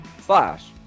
slash